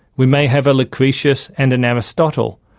we may have a lucretius, and an aristotle,